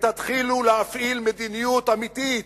ותתחילו להפעיל מדיניות אמיתית,